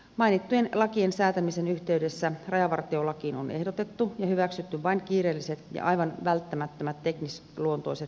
mainittujen lakien säätämisen yhteydessä rajavartiolakiin on ehdotettu ja hyväksytty vain kiireelliset ja aivan välttämättömät teknisluontoiset muutosehdotukset